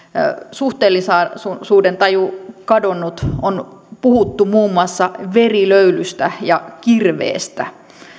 suhteellisuudentaju kadonnut on puhuttu muun maussa verilöylystä ja kirveestä